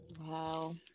Wow